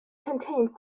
contained